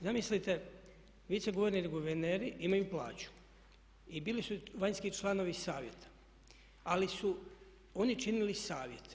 Zamislite viceguverner i guverneri imaju plaću i bili su vanjski članovi savjeta ali su oni činili savjet.